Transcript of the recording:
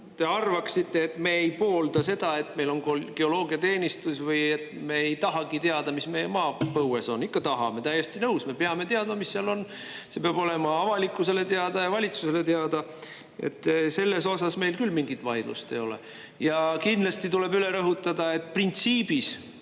te arvaksite, et me ei poolda seda, et meil on geoloogiateenistus, või me ei tahagi teada, mis meie maapõues on. Ikka tahame! Täiesti nõus, et me peame teadma, mis seal on. See peab olema avalikkusele teada ja valitsusele teada. Selles osas meil küll mingit vaidlust ei ole. Ja kindlasti tuleb üle rõhutada, et vähemalt